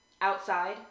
Outside